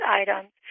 items